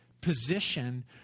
position